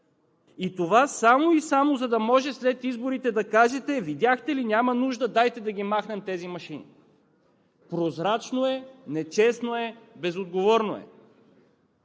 И това само и само, за да може след изборите да кажете: видяхте ли, няма нужда, дайте да ги махнем тези машини. Прозрачно е, нечестно е, безотговорно е!